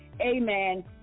Amen